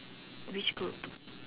which group